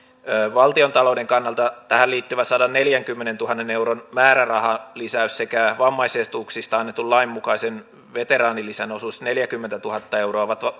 valtiontalouden kannalta tähän liittyvä sadanneljänkymmenentuhannen euron määrärahalisäys sekä vammaisetuuksista annetun lain mukaisen veteraanilisän osuus neljäkymmentätuhatta euroa ovat